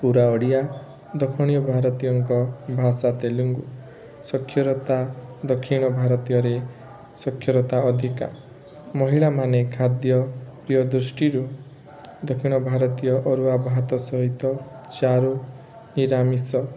ପୁରା ଓଡ଼ିଆ ଦକ୍ଷିଣୀୟ ଭାରତୀୟଙ୍କ ଭାଷା ତେଲୁଗୁ ସାକ୍ଷରତା ଦକ୍ଷିଣ ଭାରତୀୟରେ ସାକ୍ଷରତା ଅଧିକା ମହିଳାମାନେ ଖାଦ୍ୟ ପ୍ରିୟ ଦୃଷ୍ଟିରୁ ଦକ୍ଷିଣ ଭାରତୀୟ ଅରୁଆ ଭାତ ସହିତ ଚାରୁ ନିରାମିଷ